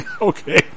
Okay